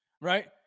right